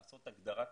לעשות הגדרה כזו,